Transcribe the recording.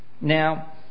now